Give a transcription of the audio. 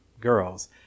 girls